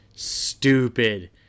stupid